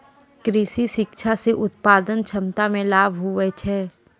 कृषि शिक्षा से उत्पादन क्षमता मे लाभ हुवै छै